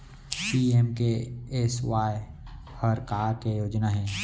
PMKSY हर का के योजना हे?